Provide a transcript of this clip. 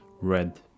red